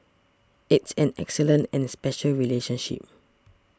it's an excellent and special relationship